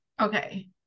Okay